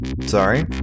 Sorry